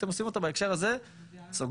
אתם עושים אותו בהקשר הזה בסוגריים,